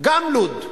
גם "לוד".